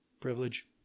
privilege